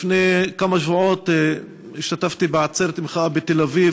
לפני כמה שבועות השתתפתי בעצרת מחאה בתל-אביב